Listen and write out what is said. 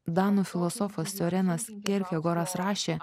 danų filosofas siorenas kerkegoras rašė